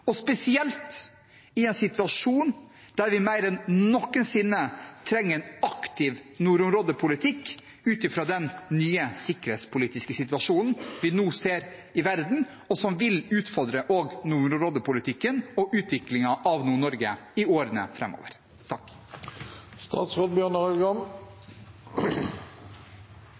spesielt i en situasjon der vi mer enn noensinne trenger en aktiv nordområdepolitikk ut fra den nye sikkerhetspolitiske situasjonen vi nå ser i verden, som vil utfordre også nordområdepolitikken og utviklingen av Nord-Norge i årene